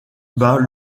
bat